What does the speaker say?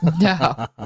No